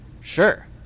sure